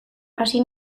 hasi